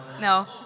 No